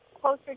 closer